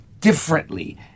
differently